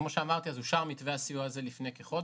אושר מתווה הסיוע הזה לפני כחודש,